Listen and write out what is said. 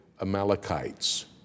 Amalekites